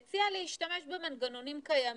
היא הציעה להשתמש במנגנונים קיימים,